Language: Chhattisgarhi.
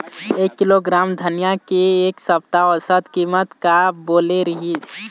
एक किलोग्राम धनिया के एक सप्ता औसत कीमत का बोले रीहिस?